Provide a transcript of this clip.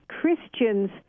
Christians